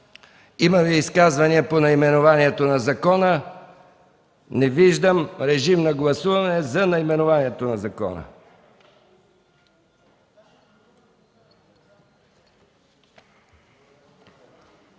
Има ли изказвания по наименованието на закона? Не виждам. Режим на гласуване за наименованието на закона.